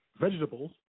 Vegetables